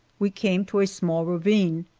we came to a small ravine,